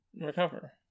recover